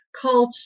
culture